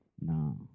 No